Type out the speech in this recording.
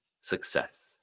success